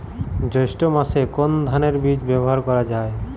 জৈষ্ঠ্য মাসে কোন ধানের বীজ ব্যবহার করা যায়?